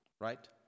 Right